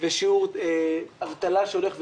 ושיעור אבטלה שהולך ויורד,